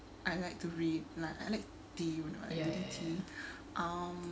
I like to read like I like tea you know to um